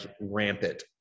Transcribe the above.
rampant